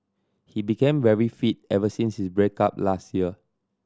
he became very fit ever since his break up last year